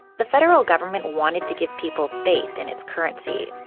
the federal government wanted to give people faith in its currency,